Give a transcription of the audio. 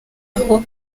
aho